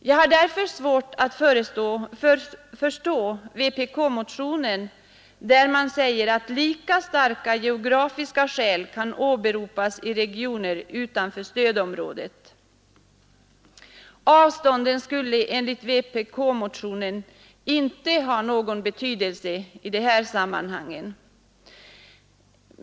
Jag har därför svårt att förstå vpk-motionen, där man säger att lika starka geografiska skäl kan åberopas i regioner utanför stödområdet. Avstånden skulle enligt vpk-motionen inte ha någon betydelse i det här sammanhanget.